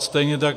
Stejně tak...